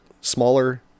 smaller